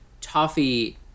toffee